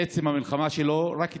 בעצם המלחמה שלו רק התחילה,